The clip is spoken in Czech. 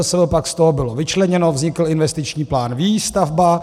MPSV pak z toho bylo vyčleněno, vznikl investiční plán Výstavba.